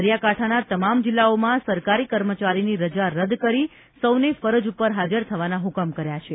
દરિયાકાંઠાના તમામ જિલ્લાઓમાં સરકારી કર્મચારીની રજા રદ કરી સૌને ફરજ ઉપર હાજર થવાના હકમ કરાયા છે